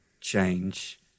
change